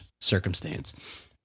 circumstance